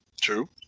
True